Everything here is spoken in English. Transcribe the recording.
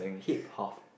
hip-hop